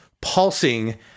pulsing